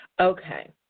Okay